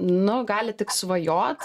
nu gali tik svajot